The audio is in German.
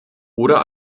oder